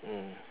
mm